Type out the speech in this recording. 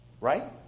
right